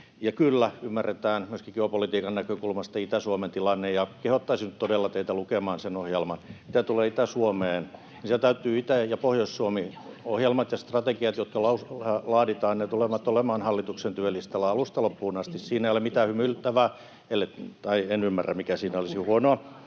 kyllä, ymmärretään myöskin geopolitiikan näkökulmasta Itä-Suomen tilanne, ja kehottaisin nyt todella teitä lukemaan sen ohjelman. [Katri Kulmuni: Ei ole rahaa siellä!] Mitä tulee Itä-Suomeen, niin sieltä löytyvät Itä‑ ja Pohjois-Suomi-ohjelmat ja ‑strategiat, jotka laaditaan. Ne tulevat olemaan hallituksen työlistalla alusta loppuun asti. Siinä ei ole mitään hymyilyttävää — tai en ymmärrä, mikä siinä olisi huonoa.